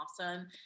awesome